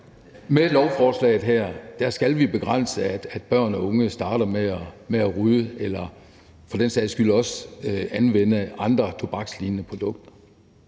med lovforslaget her skal vi begrænse, at børn og unge starter med at ryge eller for den sags skyld også at anvende andre tobakslignende produkter.